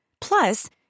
Plus